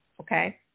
okay